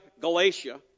Galatia